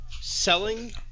selling